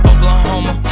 Oklahoma